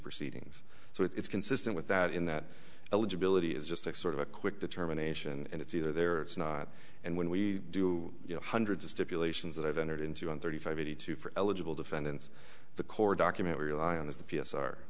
proceedings so it's consistent with that in that eligibility is just a sort of a quick determination and it's either there or it's not and when we do you know hundreds of stipulations that i've entered into in thirty five eighty two for eligible defendants the core document rely on is the